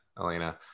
Elena